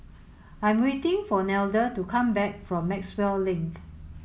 I'm waiting for Nelda to come back from Maxwell Link